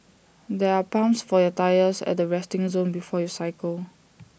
there are pumps for your tyres at the resting zone before you cycle